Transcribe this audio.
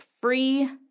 free